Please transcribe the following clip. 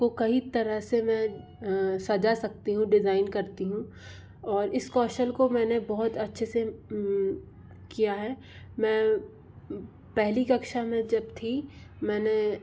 को कई तरह से मैं सजा सकती हूँ डिज़ाइन करती हूँ और इस कौशल को मैंने बहुत अच्छे से किया है मैं पहली कक्षा में जब थी मैंने